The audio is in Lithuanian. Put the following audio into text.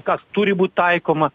kas turi būt taikoma